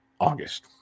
August